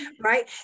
right